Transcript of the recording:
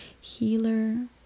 healer